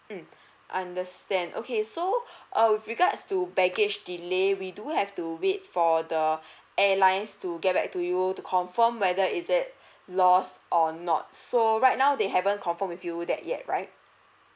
mm understand okay so err with regards to baggage delay we do have to wait for the airlines to get back to you to confirm whether is it lost or not so right now they haven't confirmed with you that yet right